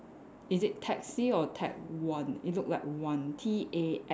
is it taxi or tax one it look like one T A X